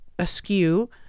askew